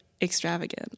extravagant